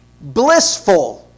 blissful